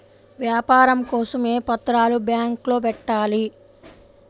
వ్యాపారం కోసం ఏ పత్రాలు బ్యాంక్లో పెట్టాలి?